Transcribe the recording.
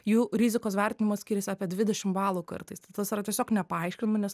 jų rizikos vertinimas skiriasi apie dvidešim balų kartais tai tas yra tiesiog nepaaiškinama nes